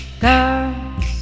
girls